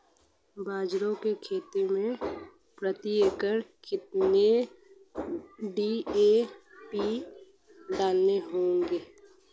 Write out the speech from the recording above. बाजरे की खेती में प्रति एकड़ कितनी डी.ए.पी डालनी होगी?